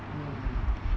mmhmm